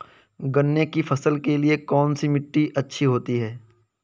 गन्ने की फसल के लिए कौनसी मिट्टी अच्छी होती है?